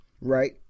Right